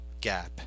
Gap